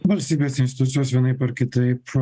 valstybės institucijos vienaip ar kitaip